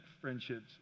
friendships